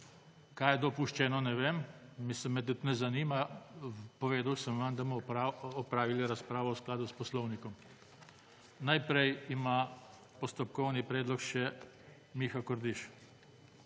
Kaj je dopuščeno, ne vem, mislim, me tudi ne zanima. Povedal sem vam, da bomo opravili razpravo v skladu s poslovnikom. Najprej ima postopkovni predlog še Miha Kordiš.